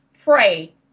pray